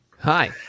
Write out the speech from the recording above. hi